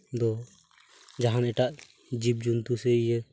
ᱫᱚ ᱡᱟᱦᱟᱱ ᱮᱴᱟᱜ ᱡᱤᱵᱽᱼᱡᱚᱱᱛᱩ ᱥᱮ ᱤᱭᱟᱹ